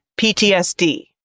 ptsd